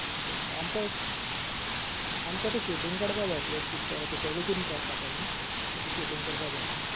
okay okay आमकां एक आमकां तें शुटींग काडपा जाय आसलें पिक्चराचें टेलीफिल्म काडटात आमी शुटिंग करपा जाय आसलें